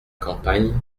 campagne